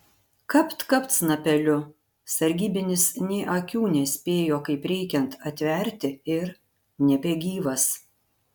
kapt kapt snapeliu sargybinis nė akių nespėjo kaip reikiant atverti ir nebegyvas